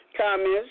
Comments